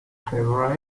favorite